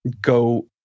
go